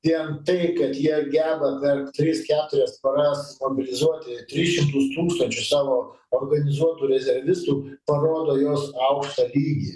vien tai kad jie geba per tris keturias paras mobilizuoti tris šimtus tūkstančių savo organizuotų rezervistų parodo jos aukštą lygį